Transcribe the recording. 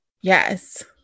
Yes